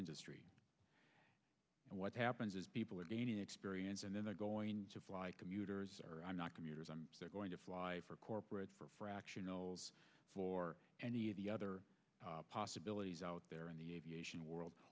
industry and what happens is people are gaining experience and then they're going to fly commuters are not commuters and they're going to fly for corporate for a fraction for any of the other possibilities out there in the aviation world